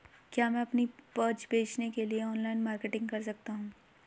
क्या मैं अपनी उपज बेचने के लिए ऑनलाइन मार्केटिंग कर सकता हूँ?